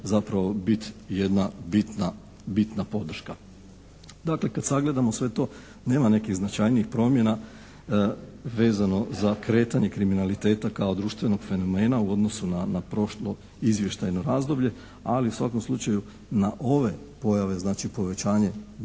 zapravo biti jedna bitna podrška. Dakle, kad sagledamo sve to nema nekih značajnijih promjena vezano za kretanje kriminaliteta kao društvenog fenomena u odnosu na prošlo izvještajno razdoblje ali u svakom slučaju na ove pojave znači povećanje